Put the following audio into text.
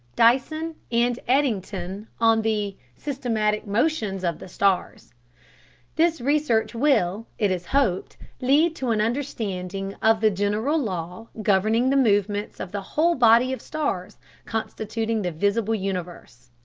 dyson, and eddington on the systematic motions of the stars this research will, it is hoped, lead to an understanding of the general law governing the movements of the whole body of stars constituting the visible universe.